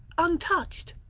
untouched.